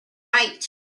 right